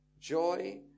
joy